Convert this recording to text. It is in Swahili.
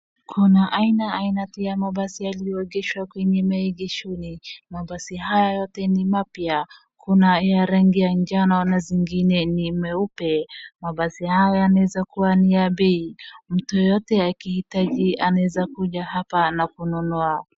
Kuna aina ainati ya mabasi yaliyoegeshwa kwenye maengeshoni. Mabasi haya yote ni mapya kuna ya rangi ya njano na mengine ni meupe. Mabasi haya yanaweza kuwa ni ya bei. Mtu yeyote akiyaitaji anaweza kuja hapa na kuyanunua.